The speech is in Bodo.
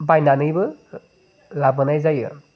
बायनानैबो लाबोनाय जायो